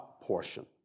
portion